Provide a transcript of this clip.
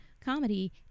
comedy